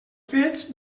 fets